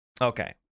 Okay